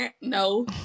No